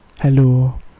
Hello